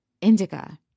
indica